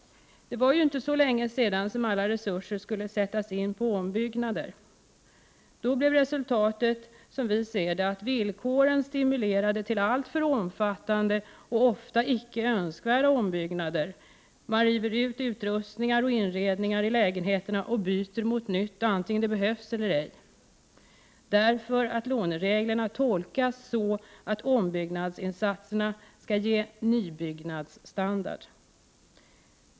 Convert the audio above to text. Det var ju inte länge sedan som alla resurser skulle sättas in på ombyggnader. Då blev resultatet, som vi ser det, att villkoren stimulerade till alltför omfattande och ofta icke önskvärda ombyggnader — man river ut utrustningar och inredningar i lägenheterna och byter mot nytt, vare sig det behövs eller ej, därför att lånereglerna tolkas så att ombyggnadsinsatserna skall ge nybyggnadsstandard.